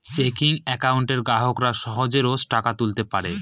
checking একাউন্টে গ্রাহকরা সহজে রোজ টাকা তুলতে পারে